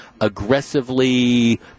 aggressively